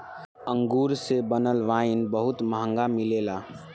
अंगूर से बनल वाइन बहुत महंगा मिलेला